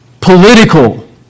political